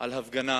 על הפגנה